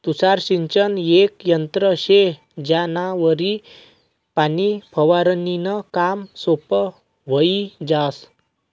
तुषार सिंचन येक यंत्र शे ज्यानावरी पाणी फवारनीनं काम सोपं व्हयी जास